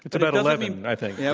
it's about eleven, i think. yeah,